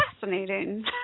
fascinating